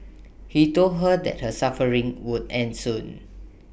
he told her that her suffering would end soon